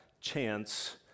chance